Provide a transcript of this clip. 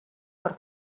per